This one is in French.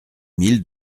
mille